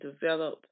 develop